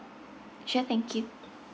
sure thank you